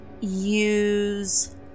use